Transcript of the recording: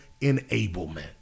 enablement